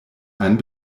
einen